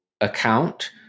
account